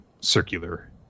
circular